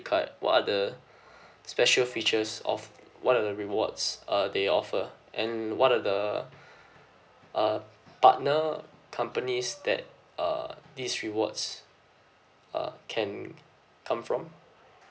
card what are the special features of what are the rewards uh they offer and what are the uh partner companies that uh these rewards uh can come from